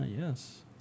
yes